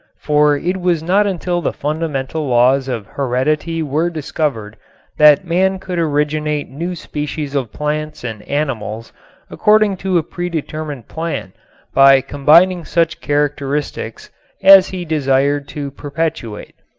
for it was not until the fundamental laws of heredity were discovered that man could originate new species of plants and animals according to a predetermined plan by combining such characteristics as he desired to perpetuate.